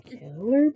Killer